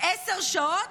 10 שעות,